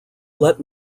let